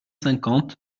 cinquante